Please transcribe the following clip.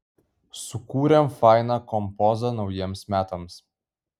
sukūrėm fainą kompozą naujiems metams